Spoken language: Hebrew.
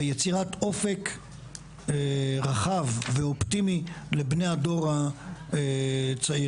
ויצירת אופק רחב ואופטימי לבני הדור הצעיר.